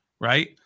right